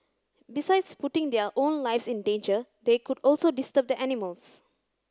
besides putting their own lives in danger they could also disturb the animals